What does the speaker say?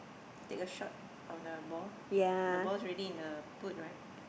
take a shot on the ball the ball is already in the putt right